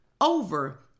over